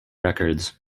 records